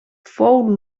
fou